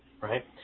right